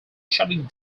shutting